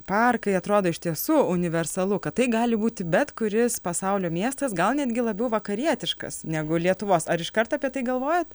parkai atrodo iš tiesų universalu kad tai gali būti bet kuris pasaulio miestas gal netgi labiau vakarietiškas negu lietuvos ar iškart apie tai galvojot